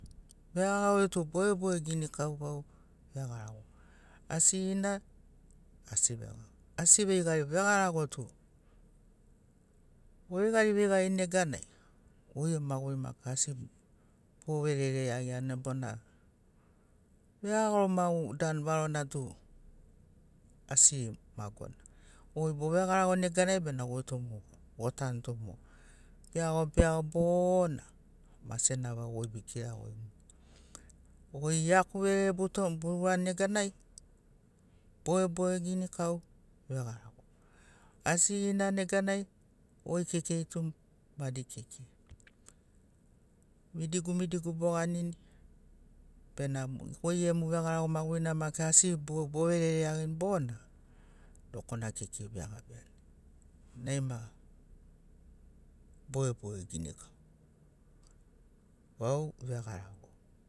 Vegarago tu bogeboge ginikau vau vegarago asigina asi vegarago asi veigari veigari vegarago tu oveigari vegarini neganai goi gemu maguri maki asi boverere iagiani bona vegarago magu danu varona tu asi magona goi bo vegarago neganai bena goi tu otanto moga beago beago bona mase na vau goi bekiragoimuni goi iaku verere boton bourani neganai bogeboge ginikau vegarago asigina neganai goi kekei tu madi kekei midigu midigu boganini benamo goi gemu vegarago magurina maki asi boverere iagiani bona dokona kekei begabiani nai ma bogeboge ginikau vau vegarago.